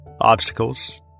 Obstacles –